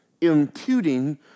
imputing